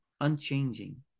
unchanging